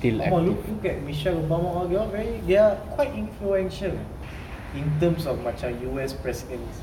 come on look look at michelle obama all very ya quite influential in terms of macam U_S presidents